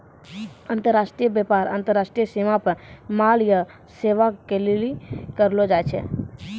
अन्तर्राष्ट्रिय व्यापार अन्तर्राष्ट्रिय सीमा पे माल या सेबा के लेली करलो जाय छै